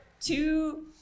two